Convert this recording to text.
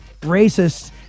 racists